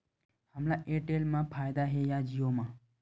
हमला एयरटेल मा फ़ायदा हे या जिओ मा?